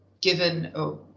given